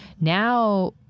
now